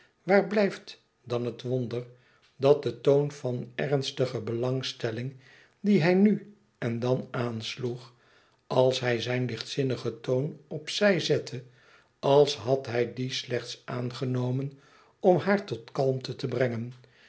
waar blijft dan het wonder dat de toon van ernstige belangstelling dien hij nu en dan aansloeg als hij zijn lichtzinnigen toon op zijde zette als had hij dien slechts aangenomen om haar tot kalmte te brengen